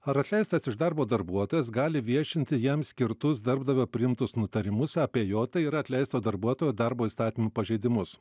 ar atleistas iš darbo darbuotojas gali viešinti jam skirtus darbdavio priimtus nutarimus apie jo tai yra atleisto darbuotojo darbo įstatymų pažeidimus